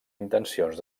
intencions